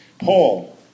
Paul